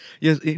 Yes